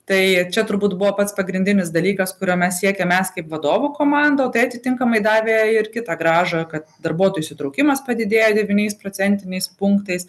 tai čia turbūt buvo pats pagrindinis dalykas kurio mes siekėm mes kaip vadovų komanda o tai atitinkamai davė ir kitą grąžą kad darbuotojų įsitraukimas padidėjo devyniais procentiniais punktais